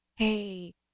Hey